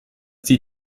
die